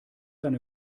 eine